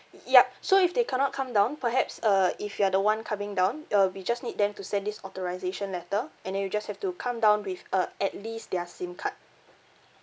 yup so if they cannot come down perhaps uh if you are the [one] coming down uh we just need them to send this authorisation letter and then you just have to come down with uh at least their SIM card